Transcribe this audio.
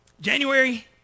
January